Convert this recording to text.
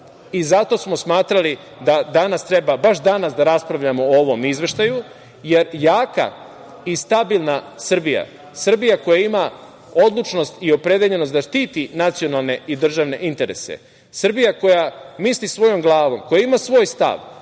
i zato smo smatrali da treba baš danas da raspravljamo o ovom izveštaju, jer jaka i stabilna Srbija, Srbija koja ima odlučnost i opredeljenost da štiti nacionalne i državne interese, Srbija koja misli svojom glavom, koja ima svoj stav,